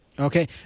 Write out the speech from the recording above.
Okay